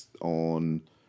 on